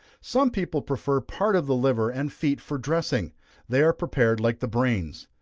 some people prefer part of the liver and feet for dressing they are prepared like the brains.